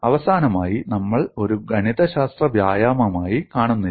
അവസാനമായി നമ്മൾ ഒരു ഗണിതശാസ്ത്ര വ്യായാമമായി കാണുന്നില്ല